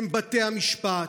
הם בתי המשפט,